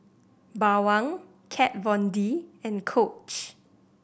Bawang Kat Von D and Coach